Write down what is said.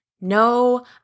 No